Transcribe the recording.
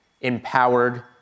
empowered